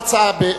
בבקשה.